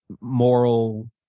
moral